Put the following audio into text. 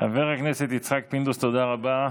חבר הכנסת יצחק פינדרוס, תודה רבה,